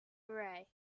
array